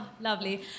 Lovely